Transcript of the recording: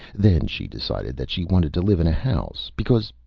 then she decided that she wanted to live in a house, because,